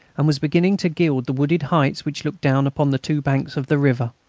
and was beginning to gild the wooded heights which look down upon the two banks of the river.